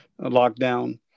lockdown